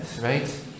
right